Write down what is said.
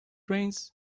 rains